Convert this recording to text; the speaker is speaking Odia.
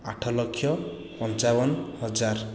ଆଠ ଲକ୍ଷ ପଞ୍ଚାବନ ହଜାର